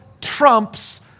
trumps